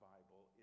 Bible